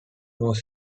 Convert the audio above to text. wall